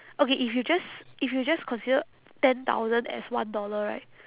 okay if you just if you just consider ten thousand as one dollar right